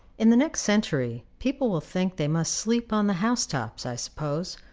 in the next century people will think they must sleep on the house-tops, i suppose,